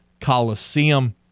Coliseum